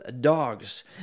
dogs